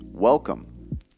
Welcome